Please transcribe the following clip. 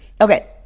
Okay